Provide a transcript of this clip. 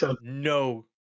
no